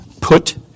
Put